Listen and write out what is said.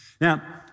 Now